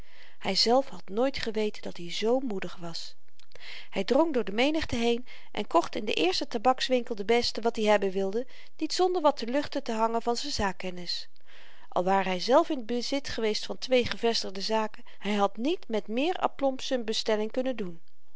hyzelf had nooit geweten dat-i zoo moedig was hy drong door de menigte heen en kocht in den eersten tabaks winkel den besten wat i hebben wilde niet zonder wat te luchten te hangen van z'n zaakkennis al ware hyzelf in t bezit geweest van twee gevestigde zaken hy had niet met meer aplomb z'n bestelling kunnen doen